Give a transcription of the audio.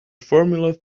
formula